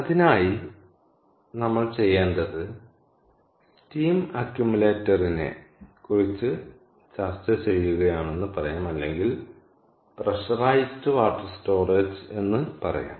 അതിനായി നമ്മൾ ചെയ്യേണ്ടത് സ്റ്റീം അക്യുമുലേറ്ററിനെ കുറിച്ച് ചർച്ച ചെയ്യുകയാണെന്ന് പറയാം അല്ലെങ്കിൽ പ്രഷറൈസ്ഡ് വാട്ടർ സ്റ്റോറേജ് എന്ന് പറയാം